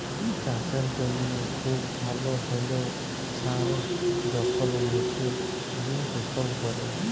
চাসের জনহে খুব ভাল হ্যলেও সার যখল মুছে গিয় দুষল ক্যরে